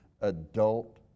adult